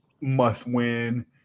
must-win